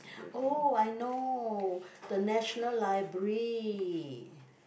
oh I know the National Library